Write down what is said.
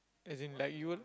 as in life you'll